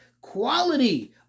quality